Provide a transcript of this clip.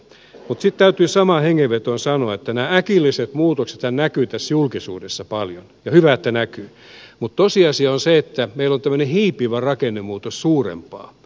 sitten täytyy samaan hengenvetoon sanoa että nämä äkilliset muutoksethan näkyvät julkisuudessa paljon ja hyvä että näkyvät mutta tosiasia on se että meillä on tämmöinen hiipivä rakennemuutos suurempaa